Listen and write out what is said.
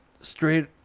straight